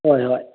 ꯍꯣꯏ ꯍꯣꯏ